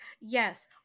Yes